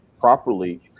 properly